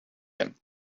him